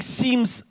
seems